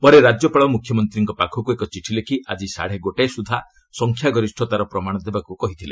ପରେ ରାଜ୍ୟପାଳ ମୁଖ୍ୟମନ୍ତ୍ରୀଙ୍କ ପାଖକୁ ଏକ ଚିଠି ଲେଖି ଆଜି ସାଢ଼େ ଗୋଟାଏ ସୁଦ୍ଧା ସଂଖ୍ୟାଗରିଷତାର ପ୍ରମାଣ ଦେବାକୁ କହିଥିଲେ